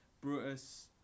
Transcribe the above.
Brutus